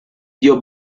dio